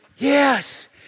Yes